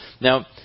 Now